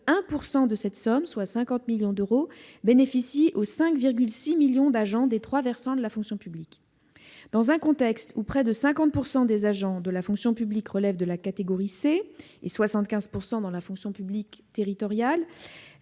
1 % de cette somme, soit 50 millions d'euros, bénéficie aux 5,6 millions d'agents des trois versants de la fonction publique. Dans la mesure où près de 50 % des agents de la fonction publique et 75 % des agents de la fonction publique territoriale